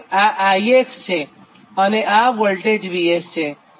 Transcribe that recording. આ IX છે અને આ વોલ્ટેજ VS છે